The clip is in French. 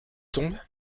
tombent